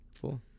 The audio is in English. Cool